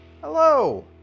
Hello